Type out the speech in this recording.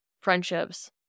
friendships